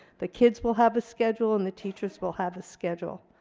the kids will have a schedule, and the teachers will have a schedule.